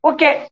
Okay